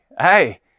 hey